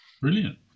brilliant